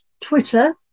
Twitter